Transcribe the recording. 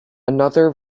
another